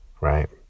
right